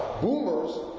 Boomers